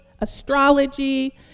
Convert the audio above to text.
astrology